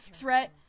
threat